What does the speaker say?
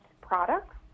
products